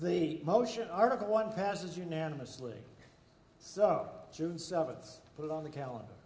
the motion article one passes unanimously suk june seventh put on the calendar